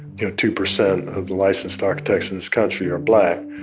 you know two percent of the licensed architects in this country are black,